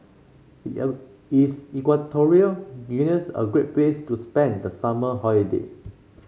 is Equatorial Guinea a great place to spend the summer holiday